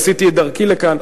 כשעשיתי את דרכי לכאן,